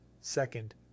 Second